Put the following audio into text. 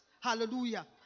hallelujah